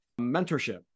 mentorship